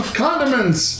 condiments